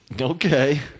Okay